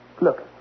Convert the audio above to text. Look